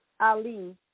Ali